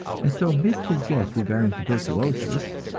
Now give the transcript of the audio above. and so missed his guess regarding tuberculosis,